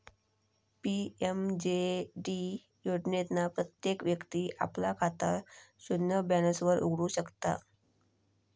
PMJD योजनेतना प्रत्येक व्यक्ती आपला खाता शून्य बॅलेंस वर उघडु शकता